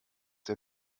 der